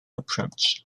approach